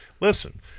listen